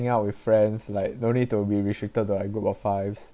out with friends like don't need to be restricted to like group of fives